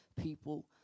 people